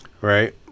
right